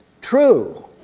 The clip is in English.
True